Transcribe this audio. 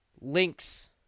links